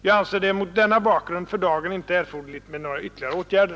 Jag anser det mot denna bakgrund för dagen inte erforderligt med några ytterligare åtgärder.